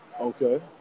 Okay